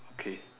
okay